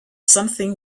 something